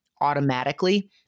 Automatically